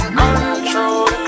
control